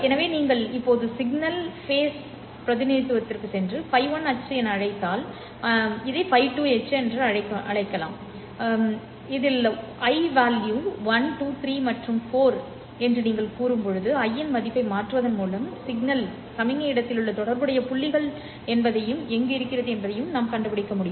எனவே நீங்கள் இப்போது சிக்னல் ஸ்பேஸ் பிரதிநிதித்துவத்திற்குச் சென்று இதை φ1 அச்சு என அழைத்தால் இதை φ2 அச்சு என்று அழைத்தால் சரி 1 2 3 மற்றும் 4 என்று நீங்கள் கூறும் i இன் மதிப்பை மாற்றுவதன் மூலம் சமிக்ஞை இடத்திலுள்ள தொடர்புடைய புள்ளிகள் என்ன என்பதை நான் கண்டுபிடிக்க முடியும்